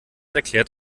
erklärt